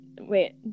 wait